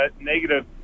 negative